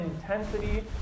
intensity